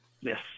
Yes